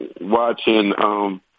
watching –